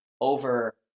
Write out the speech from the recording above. over